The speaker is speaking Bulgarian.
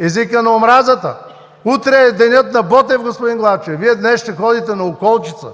езика на омразата. Утре е Денят на Ботев, господин Главчев. Вие днес ще ходите на Околчица.